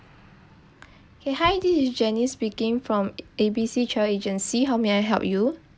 okay hi this is janice speaking from A B C travel agency how may I help you